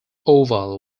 oval